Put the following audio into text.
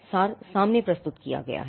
सार सामने प्रस्तुत किया गया है